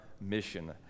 mission